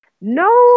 No